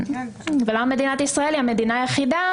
למה מדינת ישראל היא המדינה היחידה